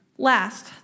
Last